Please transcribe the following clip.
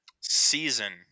Season